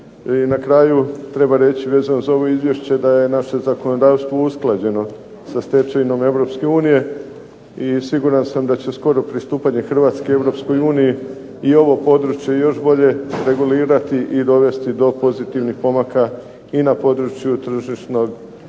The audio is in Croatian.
na kraju treba reći vezano za ovo izvješće da je naše zakonodavstvo usklađeno sa stečevinom EU i siguran sam da će skoro pristupanje Hrvatske EU i ovo područje još bolje regulirati i dovesti do pozitivnih pomaka i na području tržišnog